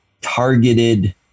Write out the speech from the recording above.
targeted